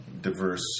diverse